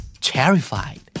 Terrified